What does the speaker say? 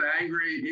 angry